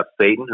Satan